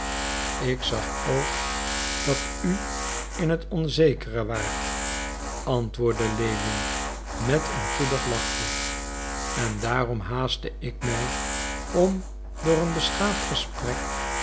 ik zag ook dat u in het onzekere waart antwoordde lewin met een goedig lachje en daarom haastte ik mij om door een beschaafd gesprek